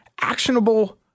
actionable